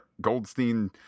Goldstein